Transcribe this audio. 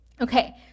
Okay